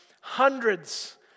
hundreds